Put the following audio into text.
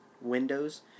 windows